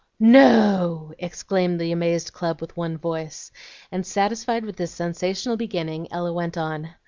no! exclaimed the amazed club with one voice and, satisfied with this sensational beginning ella went on.